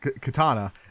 katana